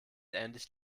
ähnlich